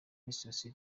leicester